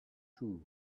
too